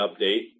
update